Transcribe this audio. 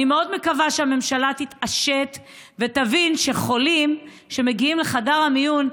אני מאוד מקווה שהממשלה תתעשת ותבין שחולים שמגיעים לחדר המיון,